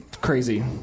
crazy